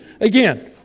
Again